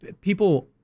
people